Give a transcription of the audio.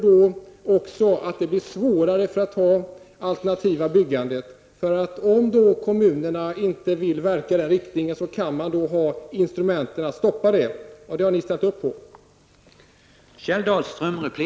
Detta försvårar det alternativa byggandet. Om kommunerna inte vill verka i den riktningen har de instrument att stoppa ett sådant byggande. Det har ni ställt upp på.